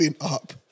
up